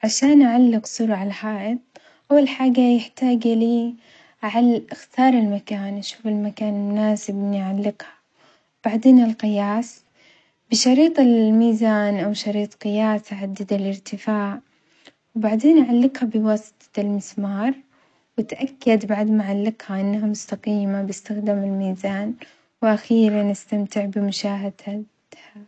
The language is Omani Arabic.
عشان أعلق صورة عالحائط أول حاجة يحتاج ليه عل اختار المكان أشوف المكان المناسب إني أعلقها، وبعدين القياس بشريط الميزان أو شريط قياس أحدد الإرتفاع وبعدين أعلقها بواسطة المسمار وأتأكد بعد ما أعلقها أنها مستقيمة باستخدام الميزان وأخيرًا أستمتع بمشاهدتتها.